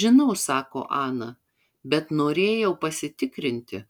žinau sako ana bet norėjau pasitikrinti